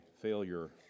failure